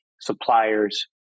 suppliers